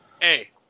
Hey